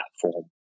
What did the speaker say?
platform